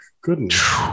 goodness